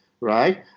right